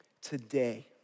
today